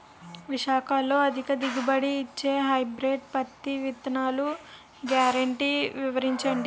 విశాఖపట్నంలో అధిక దిగుబడి ఇచ్చే హైబ్రిడ్ పత్తి విత్తనాలు గ్యారంటీ వివరించండి?